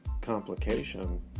complication